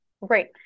Right